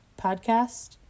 podcast